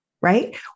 right